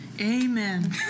Amen